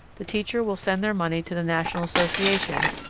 the teacher will send their money to the national association,